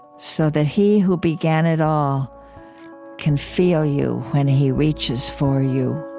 so that he who began it all can feel you when he reaches for you.